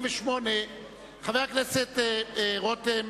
חבר הכנסת רותם,